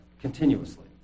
continuously